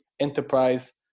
enterprise